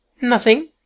Nothing